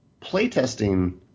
playtesting